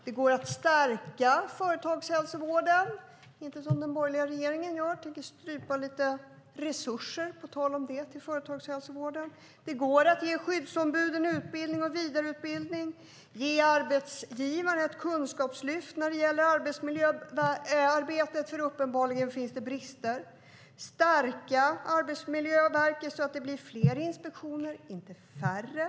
Det går att stärka företagshälsovården, och inte göra som den borgerliga regeringen tänker göra, nämligen strypa lite resurser till företagshälsovården. Det går att ge skyddsombuden utbildning och vidareutbildning. Det går att ge arbetsgivarna ett kunskapslyft när det gäller arbetsmiljöarbetet eftersom det uppenbarligen finns brister. Det går att stärka Arbetsmiljöverket så att det blir fler inspektioner och inte färre.